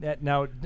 Now